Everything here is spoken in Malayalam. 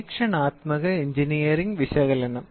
പരീക്ഷണാത്മക എഞ്ചിനീയറിംഗ് വിശകലനം